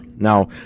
Now